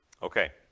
Okay